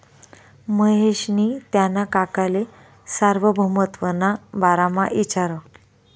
महेशनी त्याना काकाले सार्वभौमत्वना बारामा इचारं